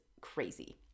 crazy